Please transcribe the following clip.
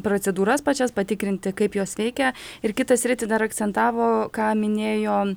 procedūras pačias patikrinti kaip jos veikia ir kitą sritį dar akcentavo ką minėjo